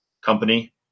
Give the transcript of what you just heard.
company